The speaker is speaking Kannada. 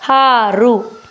ಹಾರು